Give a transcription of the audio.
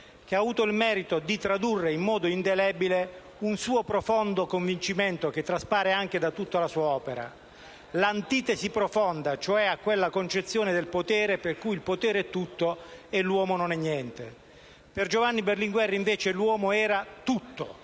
che ha avuto il merito di tradurre in modo indelebile un suo profondo convincimento, che traspare anche in tutta la sua opera: mi riferisco all'antitesi profonda a quella concezione del potere per cui il potere è tutto e l'uomo non è niente. Per Giovanni Berlinguer l'uomo invece era tutto,